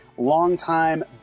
longtime